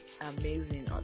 amazing